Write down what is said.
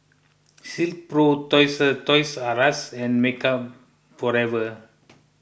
Silkpro Toys Toys R Us and Makeup Forever